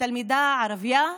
תלמידה ערבייה,